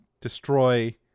destroy